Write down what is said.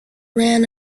ran